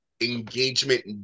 engagement